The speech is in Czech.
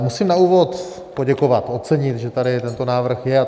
Musím na úvod poděkovat, ocenit, že tady tento návrh je.